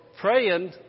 praying